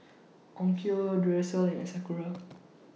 Onkyo Duracell and in Sakura